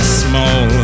small